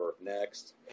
Next